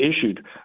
issued